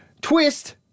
Twist